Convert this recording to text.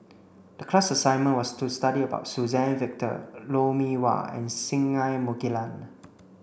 the class assignment was to study about Suzann Victor Lou Mee Wah and Singai Mukilan